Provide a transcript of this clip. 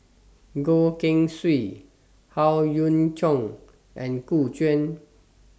Goh Keng Swee Howe Yoon Chong and Gu Juan